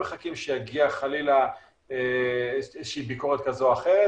אנחנו לא מחכים שתגיע חלילה איזו שהיא ביקורת כזאת או אחרת,